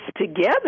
together